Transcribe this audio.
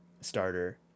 starter